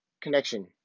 connection